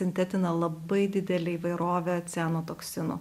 sintetina labai didelę įvairovę cianotoksinų